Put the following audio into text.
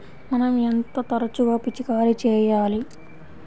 మనం ఎంత తరచుగా పిచికారీ చేయాలి?